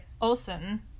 Olsen